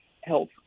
health